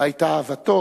היתה אהבתו